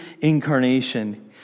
incarnation